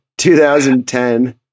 2010